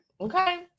Okay